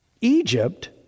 Egypt